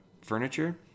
furniture